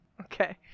Okay